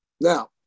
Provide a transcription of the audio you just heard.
Now